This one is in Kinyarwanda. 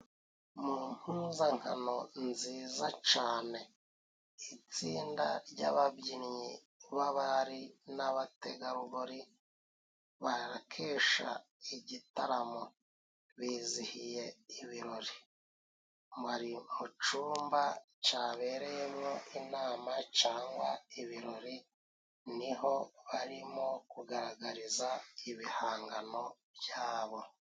Mu mpuzankano nziza cane itsinda ry'ababyinnyi b'abari n'abategarugori barakesha igitaramo, bizihiye ibirori bari mu cumba cabereyemwo inama cangwa ibirori, niho barimo kugaragariza ibihangano byabo.